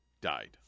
died